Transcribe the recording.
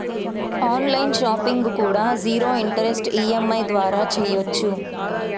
on line shopping కూడా zero interest EMI ద్వారా చెయ్యొచ్చు